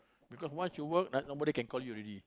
because once you work n~ nobody can call you already